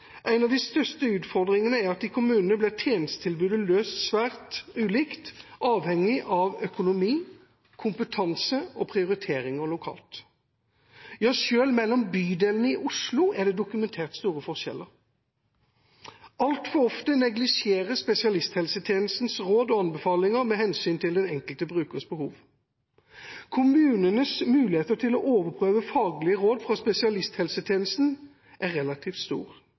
En av de største utfordringene er at i kommunene blir tjenestetilbudet løst svært ulikt, avhengig av økonomi, kompetanse og prioriteringer lokalt. Selv mellom bydelene i Oslo er det dokumentert store forskjeller. Altfor ofte neglisjeres spesialisthelsetjenestens råd og anbefalinger med hensyn til den enkelte brukers behov. Kommunenes muligheter til å overprøve faglige råd fra spesialisthelsetjenesten er relativt